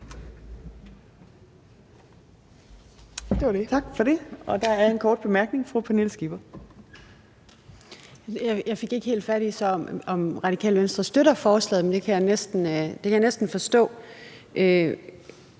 Jeg fik ikke helt fat i, om Radikale Venstre så støtter forslaget, men det kan jeg næsten forstå.